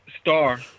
star